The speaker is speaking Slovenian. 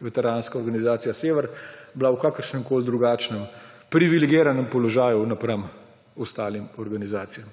veteranska organizacija Sever bila v kakršnemkoli drugačnem privilegiranem položaju napram ostalim organizacijam.